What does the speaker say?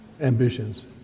ambitions